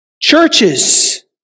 churches